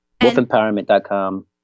Wolfempowerment.com